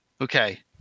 okay